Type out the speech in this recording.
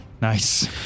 Nice